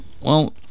Well-